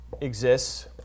exists